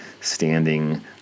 standing